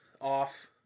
off